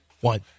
one